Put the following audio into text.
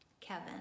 Kevin